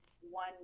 one